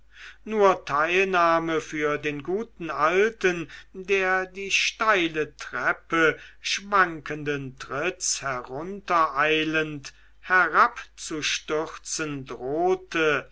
nur teilnahme für den guten alten der die steile treppe schwankenden tritts heruntereilend herabzustürzen drohte